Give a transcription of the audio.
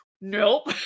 nope